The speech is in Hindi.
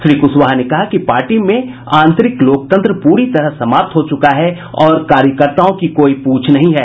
श्री कुशवाहा ने कहा कि पार्टी में आंतरिक लोकतंत्र पूरी तरह समाप्त हो चुका है और कार्यकर्ताओं की कोई पूछ नहीं है